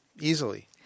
easily